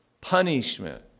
punishment